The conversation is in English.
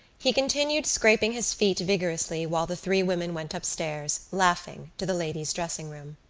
he continued scraping his feet vigorously while the three women went upstairs, laughing, to the ladies' dressing-room.